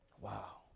Wow